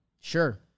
Sure